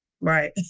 Right